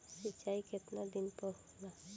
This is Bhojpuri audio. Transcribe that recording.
सिंचाई केतना दिन पर होला?